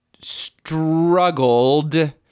struggled